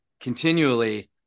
continually